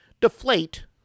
deflate